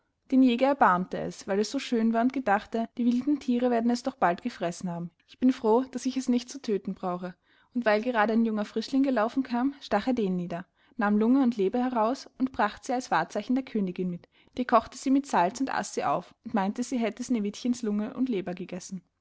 den jäger erbarmte es weil es so schön war und gedachte die wilden thiere werden es doch bald gefressen haben ich bin froh daß ich es nicht zu tödten brauche und weil gerade ein junger frischling gelaufen kam stach er den nieder nahm lunge und leber heraus und bracht sie als wahrzeichen der königin mit die kochte sie mit salz und aß sie auf und meinte sie hätte sneewittchens lunge und leber gegessen